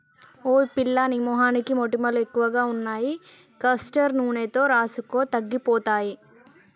ఓయ్ పిల్లా నీ మొహానికి మొటిమలు ఎక్కువగా ఉన్నాయి కాస్టర్ నూనె రాసుకో తగ్గిపోతాయి